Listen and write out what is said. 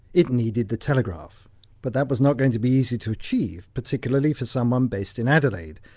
it needed the telegraph but that was not going to be easy to achieve, particularly for someone based in adelaide,